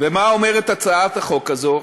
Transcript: ומה אומרת הצעת החוק הזו?